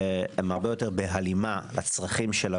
שהם הרבה יותר בהלימה לצרכים של ההורים,